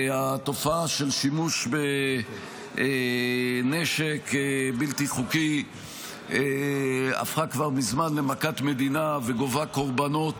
התופעה של שימוש בנשק בלתי חוקי הפכה כבר מזמן למכת מדינה וגובה קורבנות